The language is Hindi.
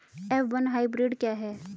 एफ वन हाइब्रिड क्या है?